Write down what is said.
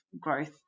growth